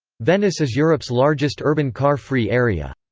venice is europe's largest urban car-free area.